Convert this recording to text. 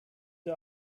the